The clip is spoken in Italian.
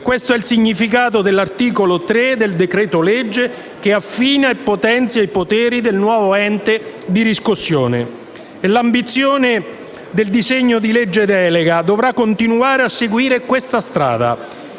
Questo è il significato dell'articolo 3 del decreto-legge che affina e potenzia i poteri del nuovo ente di riscossione. L'ambizione del disegno di legge delega dovrà continuare a seguire questa strada